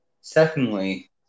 Secondly